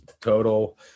total